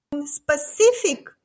specific